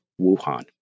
Wuhan